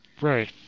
Right